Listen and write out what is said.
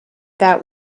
that